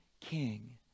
king